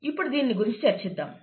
ఇప్పుడు దీని గురించి చర్చిద్దాము